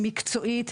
היא מקצועית,